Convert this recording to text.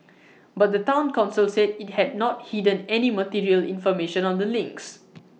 but the Town Council said IT had not hidden any material information on the links